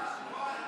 אין